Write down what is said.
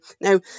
Now